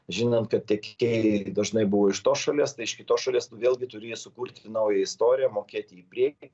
žinant kad tiekėjai dažnai buvo iš tos šalies tai iš kitos šalies tu vėlgi turi sukurt naują istoriją mokėti į priekį